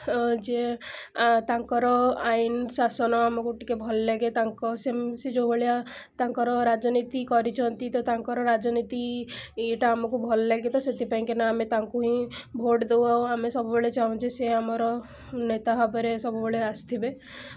ଯେ ତାଙ୍କର ଆଇନ ଶାସନ ଆମକୁ ଟିକିଏ ଭଲ ଲାଗେ ତାଙ୍କ ସେ ଯେଉଁ ଭଳିଆ ତାଙ୍କର ରାଜନୀତି କରିଛନ୍ତି ତ ତାଙ୍କର ରାଜନୀତି ଇଏଟା ଆମକୁ ଭଲ ଲାଗେ ତ ସେଥିପାଇଁ କାହିଁକିନା ଆମେ ତାଙ୍କୁ ହିଁ ଭୋଟ୍ ଦେଉ ଆଉ ଆମେ ସବୁବେଳେ ଚାହୁଁଛୁ ଯେ ସେ ଆମର ନେତା ଭାବରେ ସବୁବେଳେ ଆସିଥିବେ